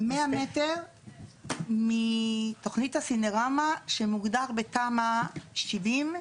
אני גרה 100 מטר תוכנית הסינרמה שמוגדרת בתמ"א 70,